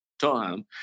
Time